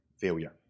failure